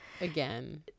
Again